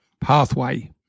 pathway